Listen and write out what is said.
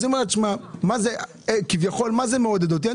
היא אומרת: כביכול מה זה מעודד אותי?